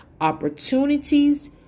opportunities